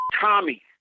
Tommy